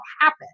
happen